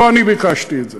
לא אני ביקשתי את זה,